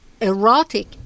erotic